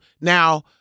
Now